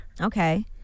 Okay